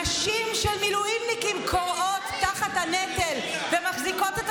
נשים של מילואימניקים כורעות תחת הנטל ומחזיקות את